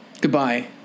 Goodbye